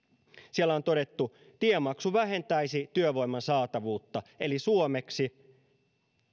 siellä on todettu tiemaksu vähentäisi työvoiman saatavuutta eli suomeksi